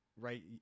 right